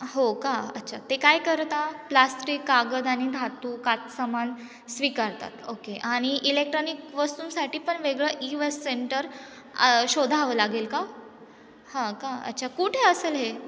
हो का अच्छा ते काय करता प्लास्टिक कागद आणि धातू काच सामान स्वीकारतात ओके आणि इलेक्ट्रॉनिक वस्तूंसाठी पण वेगळं ई वस सेंटर आ शोधावं लागेल का हां का अच्छा कुठे असेल हे